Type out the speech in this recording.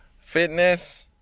Fitness